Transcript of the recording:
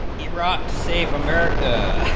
the rocks save america